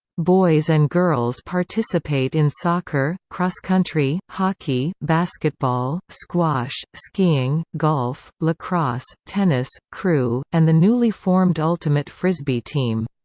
boys and girls participate in soccer, cross-country, hockey, basketball, squash, skiing, golf, lacrosse, tennis, crew, and the newly formed ultimate frisbee team.